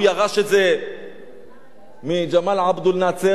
הוא ירש את זה מגמאל עבד אל-נאצר,